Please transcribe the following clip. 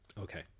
Okay